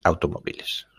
automóviles